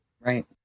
Right